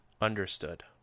Understood